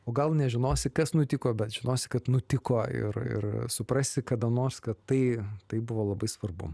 o gal nežinosi kas nutiko bet žinosi kad nutiko ir ir suprasi kada nors kad tai tai buvo labai svarbu